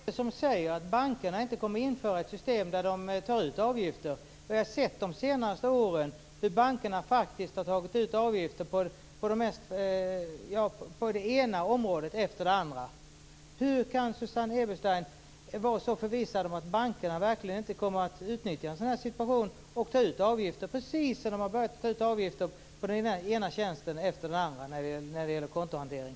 Herr talman! Vad är det som säger att bankerna inte kommer att införa ett system där de tar ut avgifter? Vi har de senaste åren sett hur bankerna faktiskt har tagit ut avgifter på det ena området efter det andra. Hur kan Susanne Eberstein vara så förvissad om att bankerna verkligen inte kommer att utnyttja en sådan här situation och ta ut avgifter, precis som de har börjat att ta ut avgifter på den ena tjänsten efter den andra när det gäller kontohantering?